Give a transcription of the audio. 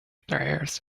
prayers